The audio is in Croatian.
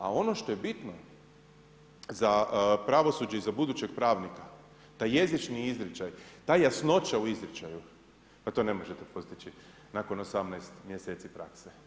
A ono što je bitno za pravosuđe i za budućeg pravnika taj jezični izričaj, ta jasnoća u izričaju a to ne možete postići nakon 18 mjeseci prakse.